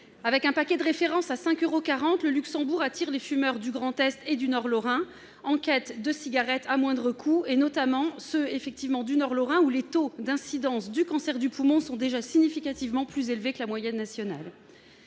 Avec un paquet de référence à 5,40 euros, le Luxembourg attire les fumeurs du Grand Est en quête de cigarettes à moindre coût, notamment ceux du Nord lorrain où les taux d'incidence du cancer du poumon sont significativement plus élevés que la moyenne nationale.